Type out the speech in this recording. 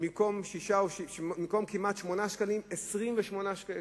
במקום כמעט 8 שקלים, 28 שקלים.